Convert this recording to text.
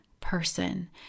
person